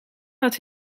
had